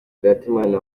ndatimana